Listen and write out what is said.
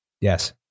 Yes